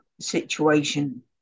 situation